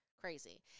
crazy